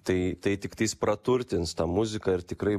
tai tai tiktais praturtins tą muziką ir tikrai